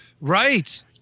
Right